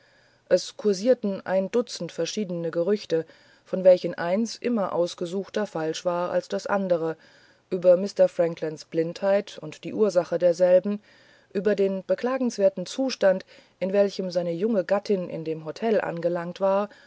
es kursierten ein dutzend verschiedene gerüchte von welchen eins immer ausgesuchter falsch war als das andere über mr franklands blindheit und die ursache derselben über den beklagenswerten zustand in welchem seine junge gattin in dem hotel angelangt war